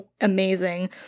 amazing